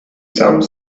some